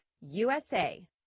USA